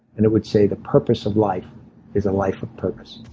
and it would say, the purpose of life is a life of purpose.